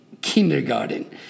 kindergarten